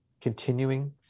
continuing